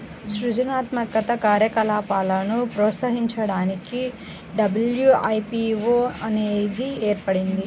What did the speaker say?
సృజనాత్మక కార్యకలాపాలను ప్రోత్సహించడానికి డబ్ల్యూ.ఐ.పీ.వో అనేది ఏర్పడింది